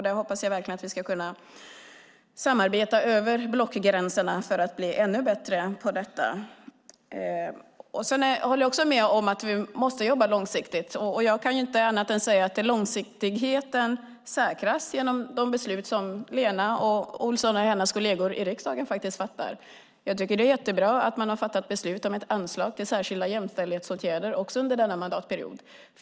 Jag hoppas verkligen att vi ska kunna samarbeta över blockgränserna för att bli ännu bättre på detta. Jag håller också med om att vi måste jobba långsiktigt. Jag kan inte säga annat än att långsiktigheten säkras genom de beslut som Lena Olsson och hennes kolleger i riksdagen fattar. Jag tycker att det är jättebra att man också har fattat beslut om ett anslag till särskilda jämställdhetsåtgärder under denna mandatperiod.